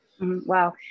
Wow